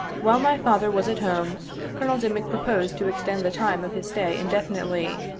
while my father was at home col. dimick proposed to extend the time of his stay indefinitely,